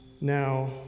Now